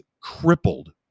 crippled